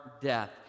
death